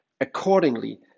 Accordingly